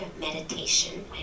meditation